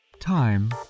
Time